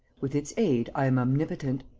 with its aid, i am omnipotent.